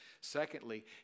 Secondly